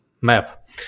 map